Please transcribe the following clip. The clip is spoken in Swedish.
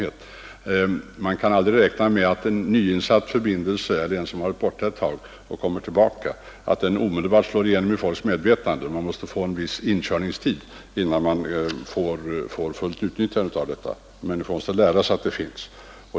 Man kan nämligen aldrig räkna med att en nyinsatt förbindelse, eller en förbindelse som har varit borta en tid och sedan kommer tillbaka, omedelbart slår igenom i människors medvetande. Man måste ha en viss inkörningstid, innan man når ett fullt utnyttjande av förbindelsen. Människor måste lära sig att den finns.